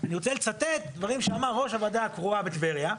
אני רוצה לצטט דברים שאמר ראש הוועדה הקרואה בטבריה,